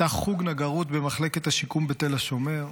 פתח חוג נגרות במחלקת השיקום בתל השומר.